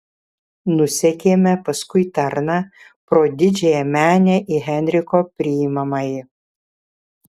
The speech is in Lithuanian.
nusekėme paskui tarną pro didžiąją menę į henriko priimamąjį